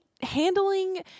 handling